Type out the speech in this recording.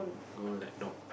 all like dog